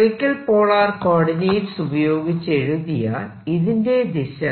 spherical polar coordinates ഉപയോഗിച്ച് എഴുതിയാൽ ഇതിന്റെ ദിശ